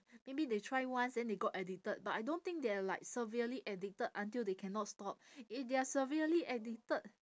maybe they try once then they got addicted but I don't think they are like severely addicted until they cannot stop if they are severely addicted